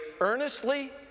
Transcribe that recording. earnestly